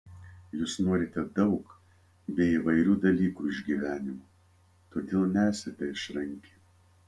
jūs norite daug bei įvairių dalykų iš gyvenimo todėl nesate išranki